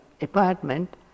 apartment